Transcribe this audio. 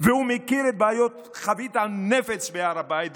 והוא מכיר את בעיות חבית הנפץ בהר הבית,